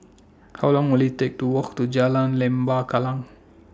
How Long Will IT Take to Walk to Jalan Lembah Kallang